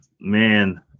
Man